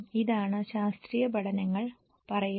ഇതാണ് ശാസ്ത്രീയ പഠനങ്ങൾ പറയുന്നത്